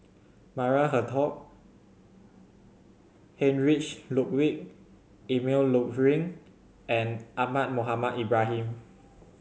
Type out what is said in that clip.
Maria Hertogh Heinrich Ludwig Emil Luering and Ahmad Mohamed Ibrahim